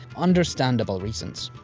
understandable reasons.